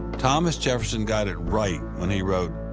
thomas jefferson got it right when he wrote,